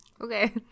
Okay